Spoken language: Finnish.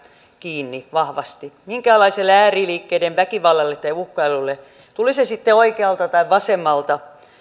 kiinni vahvasti minkäänlaiselle ääriliikkeiden väkivallalle tai uhkailulle tuli se sitten oikealta tai vasemmalta